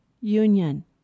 union